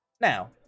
Now